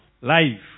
life